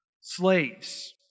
slaves